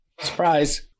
Surprise